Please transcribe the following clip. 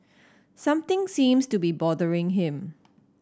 something seems to be bothering him